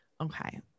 Okay